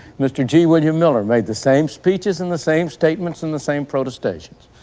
mr. g. william miller, made the same speeches and the same statements and the same protestations.